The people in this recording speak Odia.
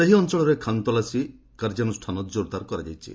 ସେହି ଅଞ୍ଚଳରେ ଖାନ୍ତଲାସୀ କାର୍ଯ୍ୟାନୁଷ୍ଠାନ ଜୋର୍ଦାର କରାଯାଇଛି